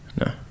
No